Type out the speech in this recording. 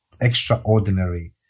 extraordinary